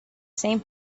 same